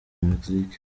mexique